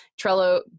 Trello